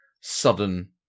sudden